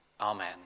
amen